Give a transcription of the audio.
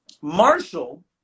Marshall